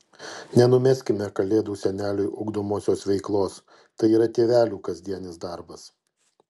nenumeskime kalėdų seneliui ugdomosios veiklos tai yra tėvelių kasdienis darbas